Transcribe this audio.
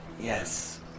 Yes